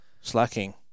Slacking